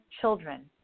children